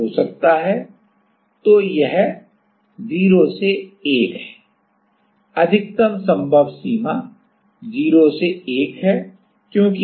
तो यह 0 से 1 है अधिकतम संभव सीमा 0 से 1 है